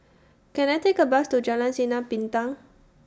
Can I Take A Bus to Jalan Sinar Bintang